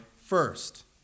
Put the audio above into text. first